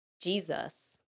Jesus